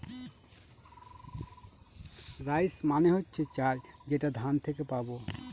rice মানে হচ্ছে চাল যেটা ধান থেকে পাবো